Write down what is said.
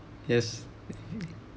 yes